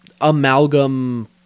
Amalgam